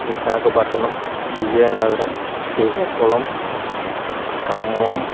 Visakhapatnam Vizianagaram Srikakulam Khammam